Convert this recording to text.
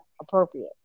Appropriate